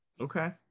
Okay